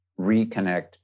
reconnect